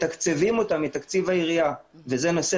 מתקצבים אותן מתקציב העירייה וזה נושא